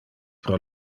pro